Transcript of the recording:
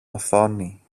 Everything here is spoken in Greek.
οθόνη